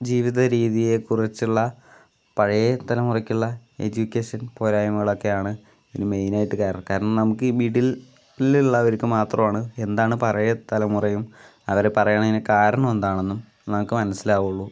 ജീവിത രീതിയെ കുറിച്ചുള്ള പഴയ തലമുറക്കുള്ള എഡ്യൂക്കേഷൻ പോരായ്മകളൊക്കെയാണ് മെയിനായിട്ട് കാരണം കാരണം നമുക്ക് ഈ മിഡിലിൽ ഉള്ളവർക്ക് മാത്രമാണ് എന്താണ് പഴയതലമുറയും അവർ പറയുന്നതിന് കാരണം എന്താണെന്നും നമുക്ക് മനസ്സിലാവുകയുള്ളൂ